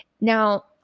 now